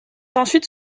ensuite